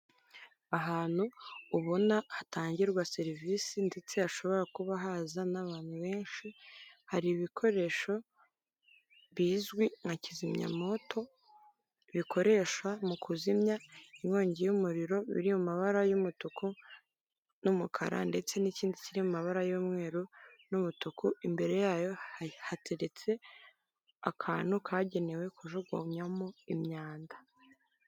Ahantu ubona hatangirwa serivisi ndetse hashobora kuba haza n'abantu benshi hari ibikoresho bizwi nka kizimyamowoto bikoreshwa mu kuzimya inkongi y'umuriro biri mu mabara y'umutuku n'umukara ndetse n'ikindi kiri mu mabara y'umweru n'umutuku imbere yayo hateretse akantu kagenewe kujugunyamo imyanda.